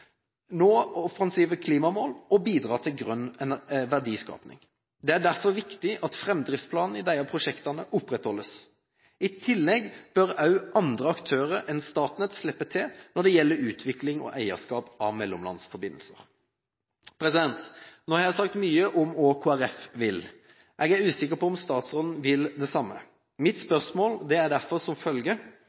nå offensive klimamål og bidra til grønn verdiskaping. Det er derfor viktig at framdriftsplanen i disse prosjektene opprettholdes. I tillegg bør også andre aktører enn Statnett slippe til når det gjelder utvikling og eierskap av mellomlandsforbindelser. Nå har jeg sagt mye om hva Kristelig Folkeparti vil. Jeg er usikker på om statsråden vil det samme. Mitt spørsmål er derfor som